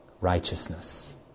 righteousness